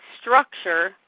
structure